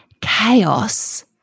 chaos